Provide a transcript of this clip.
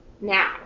now